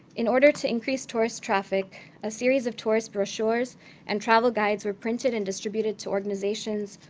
in order to increase tourist traffic, a series of tourist brochures and travel guides were printed and distributed to organizations,